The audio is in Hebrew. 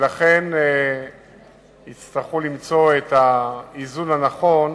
ולכן יצטרכו למצוא את האיזון הנכון